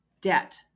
debt